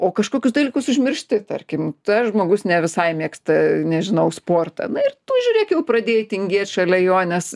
o kažkokius dalykus užmiršti tarkim tas žmogus ne visai mėgsta nežinau sportą na ir tu žiūrėk jau pradėjai tingėt šalia jo nes